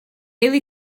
daily